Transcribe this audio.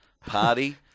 party